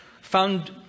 found